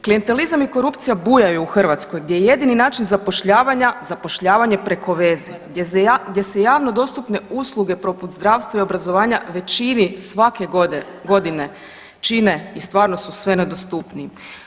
Klijentelizam i korupcija bujaju u Hrvatskoj gdje je jedini način zapošljavanja zapošljavanje preko veze, gdje se javno dostupne usluge poput zdravstva i obrazovanja većini svake godine čine i stvarno su sve nedostupniji.